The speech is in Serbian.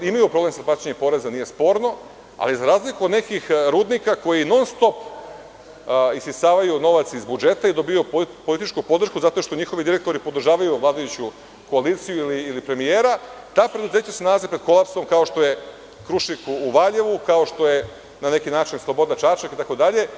Imaju problem sa plaćanjem poreza, nije sporno, ali za razliku od nekih rudnika, koji non-stop isisavaju novac iz budžeta i dobijaju političku podršku zato što njihovi direktori podržavaju vladajuću koaliciju ili premijera, ta preduzeća se nalaze pred kolapsom kao što je „Krušik“ u Valjevu, kao što je, na neki način, „Sloboda Čačak“ itd.